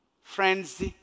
Friends